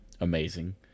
amazing